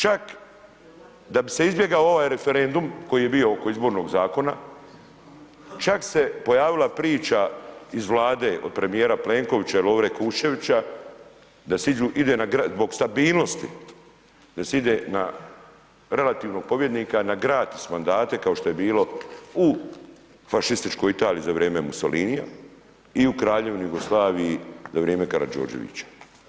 Čak da bi se izbjegao ovaj referendum koji je bio oko izbornog zakona, čak se pojavila priča iz Vlade, od premijera Plenkovića i Lovre Kuščevića, da se idu na, zbog stabilnosti da se ide na relativnog pobjednika, na gratis mandate kao što je bilo u fašističkoj Italiji za vrijeme Mussolinija i u Kraljevini Jugoslaviji za vrijeme Karađorđevića.